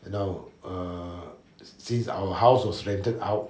you know err since our house was rented out